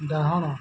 ଡାହଣ